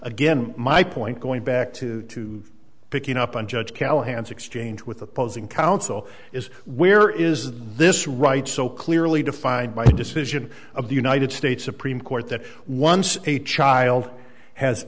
again my point going back to two picking up on judge callahan's exchange with opposing counsel is where is this right so clearly defined by the decision of the united states supreme court that once a child has